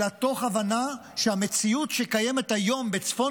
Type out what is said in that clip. אלא תוך הבנה שהמציאות שקיימת היום בצפון